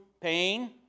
pain